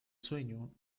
sueño